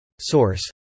Source